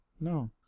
no